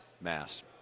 mass